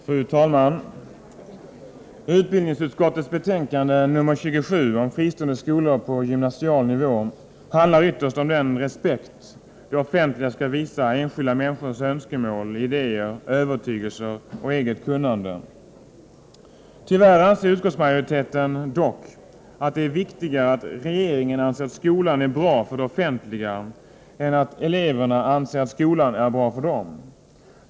Fru talman! Utbildningsutskottets betänkande nr 27 om fristående skolor på gymnasial nivå handlar ytterst om den respekt det offentliga skall visa enskilda människors önskemål, idéer, övertygelser och eget kunnande. Tyvärr anser utskottsmajoriteten dock att det är viktigare att regeringen anser att skolan är bra för det offentliga än att eleverna anser att skolan är bra för dem.